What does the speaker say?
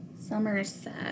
Somerset